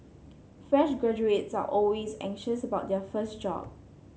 fresh graduates are always anxious about their first job